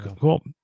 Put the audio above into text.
Cool